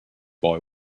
boy